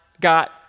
got